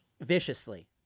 Viciously